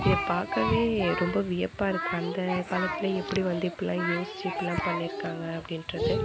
இதை பார்க்கவே ரொம்ப வியப்பாக இருக்கு அந்த காலத்துல எப்படி வந்து எப்பிடில்லா யோஸ்ச்சு இப்பிடில்லாம் பண்ணிருக்காங்க அப்படின்றது